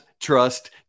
trust